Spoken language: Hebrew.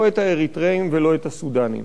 לא את האריתריאים ולא את הסודנים,